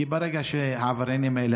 כי ברגע שהעבריינים האלה,